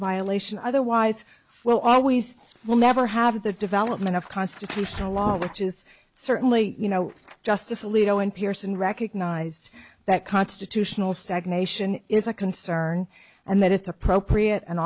violation otherwise well always will never have the development of constitutional law which is certainly you know justice alito n p r s and recognized that constitutional stagnation is a concern and that it's appropriate and